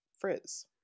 frizz